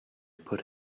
put